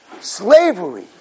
Slavery